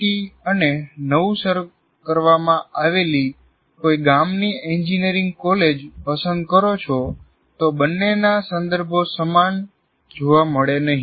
T અને નવી શરુ કરવામાં આવેલી કોઈ ગામની એન્જિનિયરિંગ કોલેજ પસંદ કરો છો તો બનેના સંદર્ભો સમાન જોવા મળે નહિ